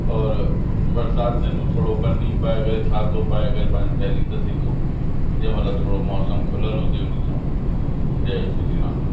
और बरसातियुनि में थोरो पन्नी पाए करे छातो पाए करे पंहिंजो टेहली था सघूं जीअं मतिलबु थोरो मौसम खुलियलु हुजे उन सां जय श्री राम